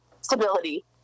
stability